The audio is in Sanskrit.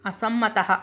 असम्मतः